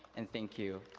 and thank you.